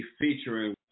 featuring